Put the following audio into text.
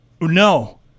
No